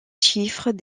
chiffres